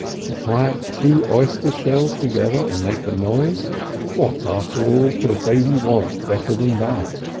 to clap two oyster shells together and make a noise what, after all, could a baby want better than that?